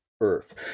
Earth